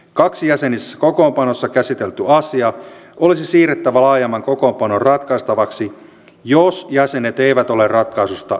kaksijäsenisessä kokoonpanossa käsitelty asia olisi siirrettävä laajemman kokoonpanon ratkaistavaksi jos jäsenet eivät ole ratkaisusta yksimielisiä